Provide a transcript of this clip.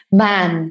man